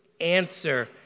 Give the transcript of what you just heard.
answer